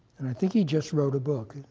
and i think he just wrote a book.